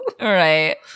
Right